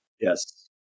Yes